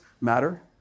matter